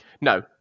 No